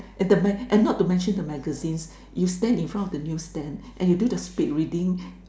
and the man and not to mention the magazines you stand in front of the news stand and you do the speed reading